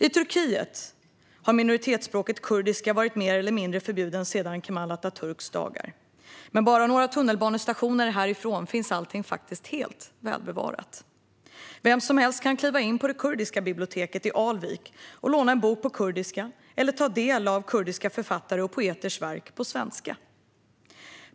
I Turkiet har minoritetsspråket kurdiska varit mer eller mindre förbjudet sedan Kemal Atatürks dagar. Men bara några tunnelbanestationer härifrån finns allting faktiskt helt välbevarat. Vem som helst kan kliva in på det kurdiska biblioteket i Alvik och låna en bok på kurdiska eller ta del av kurdiska författares och poeters verk på svenska.